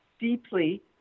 deeply